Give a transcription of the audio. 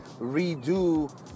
redo